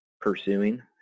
pursuing